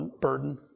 burden